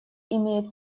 имеет